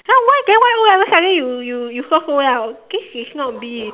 ya why then why o-level suddenly you you you score so well this is not be